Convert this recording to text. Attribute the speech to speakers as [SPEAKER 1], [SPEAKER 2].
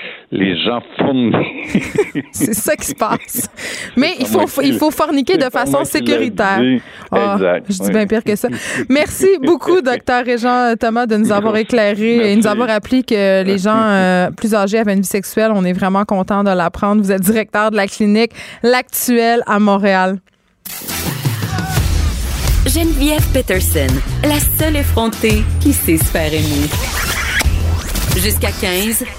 [SPEAKER 1] Les gens fournis.
[SPEAKER 2] C'est ça qui se passe.
[SPEAKER 1] C'est
[SPEAKER 2] Mais il
[SPEAKER 1] pas
[SPEAKER 2] faut-
[SPEAKER 1] moi qui
[SPEAKER 2] il
[SPEAKER 1] le-
[SPEAKER 2] faut forniquer
[SPEAKER 1] c'est
[SPEAKER 2] de
[SPEAKER 1] pas
[SPEAKER 2] façon
[SPEAKER 1] moi qui le
[SPEAKER 2] sécuritaire.
[SPEAKER 1] dis.
[SPEAKER 2] Ah,
[SPEAKER 1] Exact.
[SPEAKER 2] je dis
[SPEAKER 1] Oui.
[SPEAKER 2] bien pire que ça. Merci beaucoup, Dr. Régent Thomas, de nous avoir éclairé et nous
[SPEAKER 1] Merci.
[SPEAKER 2] avoir appris que les gens, euh, plus âgés avaient une vie sexuelle. On est vraiment contents de l'apprendre. Vous êtes directeur de la clinique L'Actuel à Montréal.
[SPEAKER 3] Geneviève Peterson, la seule effrontée qui sait se faire aimer. Jusqu'à 15